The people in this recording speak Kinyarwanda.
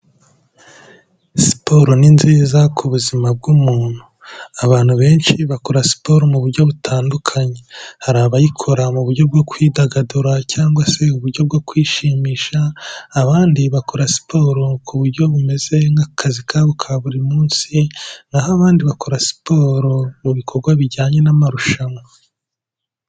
Siporo ni nziza ku buzima bw'umuntu. Abantu benshi bakora siporo mu buryo butandukanye. Hari abayikora mu buryo bwo kwidagadura cyangwa se uburyo bwo kwishimisha, abandi bakora siporo ku buryo bumeze nk'akazi kabo ka buri munsi, naho abandi bakora siporo mu bikorwa bijyanye n'amarushanwa.